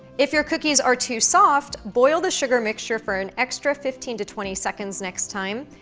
if your cookies are too soft, boil the sugar mixture for an extra fifteen to twenty seconds next time,